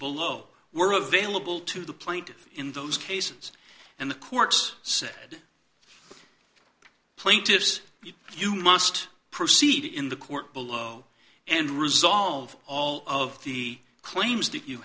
below were available to the plaintiffs in those cases and the courts said plaintiffs you must proceed in the court below and resolve all of the claims that you